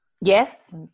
Yes